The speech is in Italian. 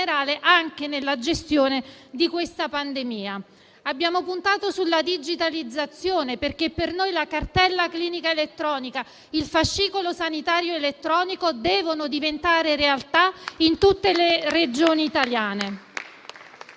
anche nella gestione di questa pandemia! Abbiamo puntato sulla digitalizzazione perché, per noi, la cartella clinica elettronica e il fascicolo sanitario elettronico devono diventare realtà in tutte le Regioni italiane.